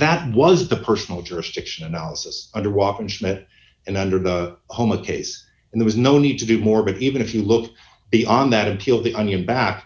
that was the personal jurisdiction analysis under walking schmidt and under the home a case and there is no need to do more but even if you look beyond that appeal the onion back